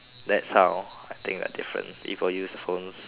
that's how I think they are different people use their phones